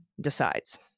decides